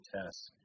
tests